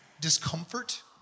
discomfort